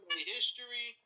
history